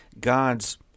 God's